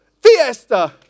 Fiesta